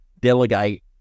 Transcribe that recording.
delegate